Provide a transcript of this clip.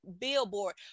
billboard